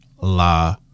La